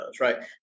right